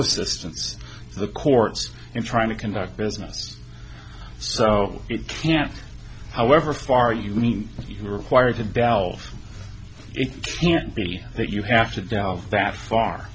distance the courts and trying to conduct business so it can't however far you mean if you are required to delve it can't be that you have to delve that far